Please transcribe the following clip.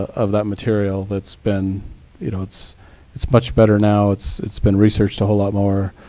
of that material that's been you know it's it's much better now. it's it's been researched a whole lot more,